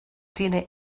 tiene